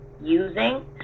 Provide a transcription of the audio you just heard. using